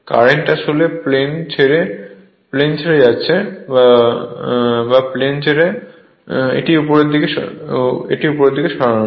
current আসলে plane ছেড়ে যাচ্ছে বা প্লেট ছেড়ে যাচ্ছে তাই এটিকে উপরের দিকে সরান